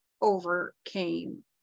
overcame